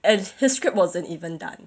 and his script wasn't even done